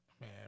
Man